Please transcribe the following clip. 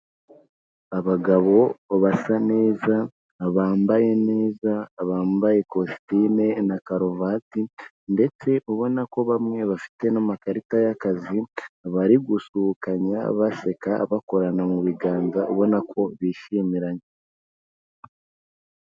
Abagabo basa neza, bambaye neza, bambaye kositime na karuvati ndetse ubona ko bamwe bafite n'amakarita y'akazi, bari gusuhukanya, baseka, bakorana mu biganza, ubona ko bishimiranye.